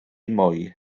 mwy